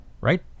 right